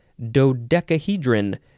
dodecahedron